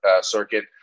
circuit